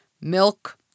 milk